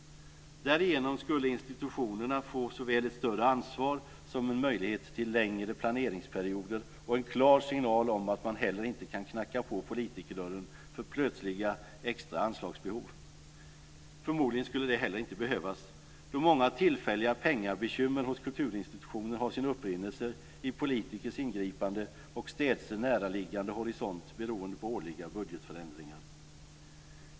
därigenom skulle institutionerna få såväl ett större ansvar som en möjlighet till längre planeringsperioder och en klar signal om att man heller inte kan knacka på politikerdörren för plötsliga extra anslagsbehov. Förmodligen skulle det heller inte behövas, då många tillfälliga pengabekymmer hos kulturinstitutioner har sin upprinnelse i politikers ingripanden och städse näraliggande horisont beroende på årliga budgetförändringar.